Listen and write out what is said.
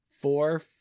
four